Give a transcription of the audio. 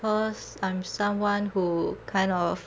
cause I'm someone who kind of